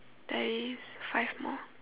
there is five more